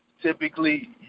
typically